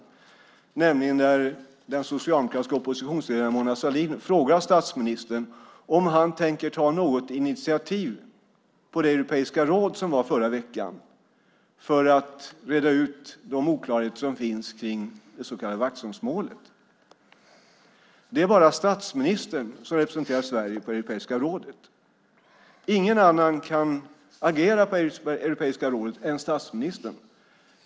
Det var nämligen när den socialdemokratiska oppositionsledaren Mona Sahlin frågade statsministern om han tänkte ta något initiativ på Europeiska rådets möte förra veckan för att reda ut de oklarheter som finns kring det så kallade Vaxholmsmålet. Det är bara statsministern som representerar Sverige i Europeiska rådet. Ingen annan kan agera i Europeiska rådet än statsministern.